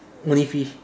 only fish